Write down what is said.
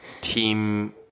team